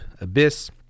abyss